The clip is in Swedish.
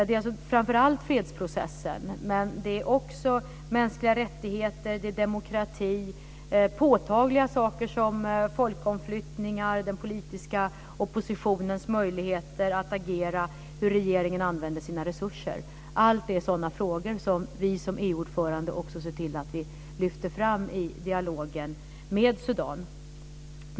Det är framför allt fredsprocessen, men det är också mänskliga rättigheter, demokrati, påtagliga saker som folkomflyttningar, den politiska oppositionens möjligheter att agera, hur regeringen använder sina resurser. Allt detta är sådana frågor som vi som EU ordförande ser till att lyfta fram i dialogen med Sudan.